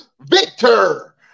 Victor